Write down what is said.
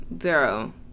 Zero